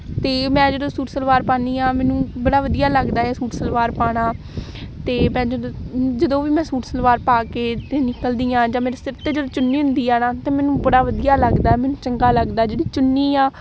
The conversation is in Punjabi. ਅਤੇ ਮੈਂ ਜਦੋਂ ਸੂਟ ਸਲਵਾਰ ਪਾਉਂਦੀ ਹਾਂ ਮੈਨੂੰ ਬੜਾ ਵਧੀਆ ਲੱਗਦਾ ਆ ਸੂਟ ਸਲਵਾਰ ਪਾਉਣਾ ਅਤੇ ਮੈਂ ਜਦੋਂ ਜਦੋਂ ਵੀ ਮੈਂ ਸੂਟ ਸਲਵਾਰ ਪਾ ਕੇ ਅਤੇ ਨਿਕਲਦੀ ਹਾਂ ਜਾਂ ਮੇਰੇ ਸਿਰ 'ਤੇ ਜਦ ਚੁੰਨੀ ਹੁੰਦੀ ਆ ਨਾ ਤਾਂ ਮੈਨੂੰ ਬੜਾ ਵਧੀਆ ਲੱਗਦਾ ਮੈਨੂੰ ਚੰਗਾ ਲੱਗਦਾ ਜਿਹੜੀ ਚੁੰਨੀ ਆ